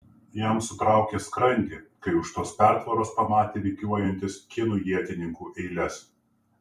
jam sutraukė skrandį kai už tos pertvaros pamatė rikiuojantis kinų ietininkų eiles